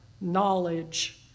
knowledge